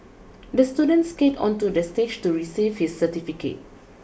the student skated onto the stage to receive his certificate